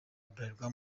bralirwa